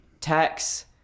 tax